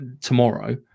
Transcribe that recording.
tomorrow